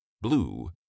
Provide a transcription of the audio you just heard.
Blue